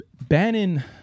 Bannon